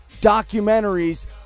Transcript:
documentaries